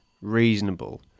reasonable